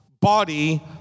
Body